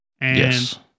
Yes